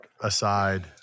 aside